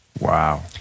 Wow